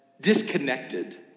disconnected